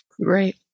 Right